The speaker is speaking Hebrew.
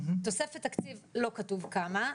תוספת תקציב - לא כתוב כמה.